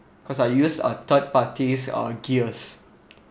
cause I use uh third party's uh gears